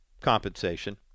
compensation